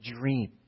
dream